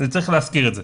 צריך להזכיר את זה.